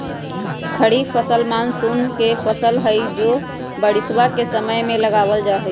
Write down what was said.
खरीफ फसल मॉनसून के फसल हई जो बारिशवा के समय में लगावल जाहई